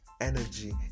energy